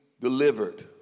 delivered